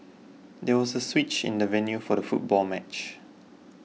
there was a switch in the venue for the football match